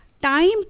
Time